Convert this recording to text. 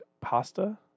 pasta